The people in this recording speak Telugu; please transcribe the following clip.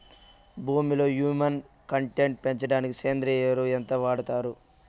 భూమిలో హ్యూమస్ కంటెంట్ పెంచడానికి సేంద్రియ ఎరువు ఎంత వాడుతారు